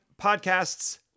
Podcasts